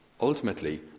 ultimately